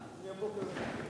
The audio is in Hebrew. של חברת הכנסת חנין זועבי.